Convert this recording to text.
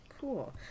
Cool